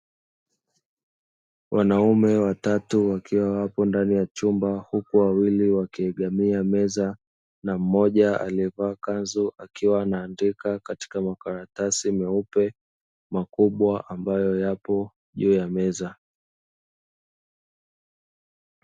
Wanaume watatu wakiwa wapo ndani ya chumba huku wawili wakiegemea meza na mmoja aliyevaa kanzu akiwa anaandika katika makaratasi makubwa meupe yaliyopo juu ya meza.